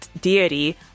deity